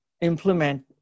implement